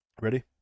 Ready